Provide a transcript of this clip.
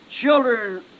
Children